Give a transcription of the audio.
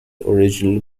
original